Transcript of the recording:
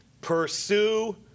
pursue